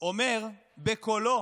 אומר בקולו